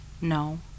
No